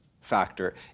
factor